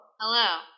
Hello